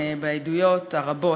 בעדויות הרבות,